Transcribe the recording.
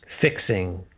fixing